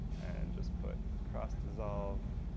and just put cross dissolve,